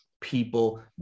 people